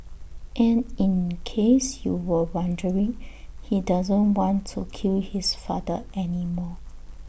and in case you were wondering he doesn't want to kill his father anymore